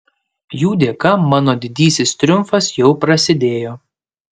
jų dėka mano didysis triumfas jau prasidėjo